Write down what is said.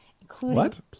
including